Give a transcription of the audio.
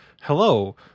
hello